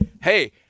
hey